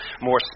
more